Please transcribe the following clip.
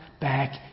back